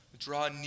Draw